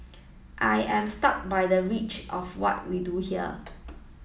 I am struck by the reach of what we do here